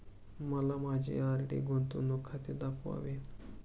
मला माझे आर.डी गुंतवणूक खाते दाखवावे